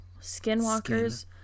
skinwalkers